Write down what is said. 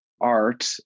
art